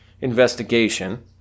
investigation